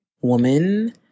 woman